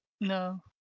No